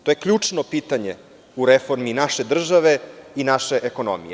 To je ključno pitanje u reformi naše države i naše ekonomije.